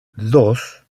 dos